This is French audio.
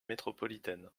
métropolitaine